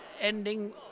ending